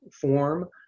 form